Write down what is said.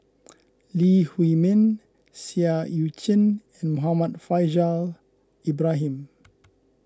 Lee Huei Min Seah Eu Chin and Muhammad Faishal Ibrahim